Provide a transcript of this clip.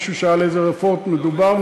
מישהו שאל על איזה רפורמות מדובר.